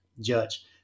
judge